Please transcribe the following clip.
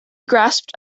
grasped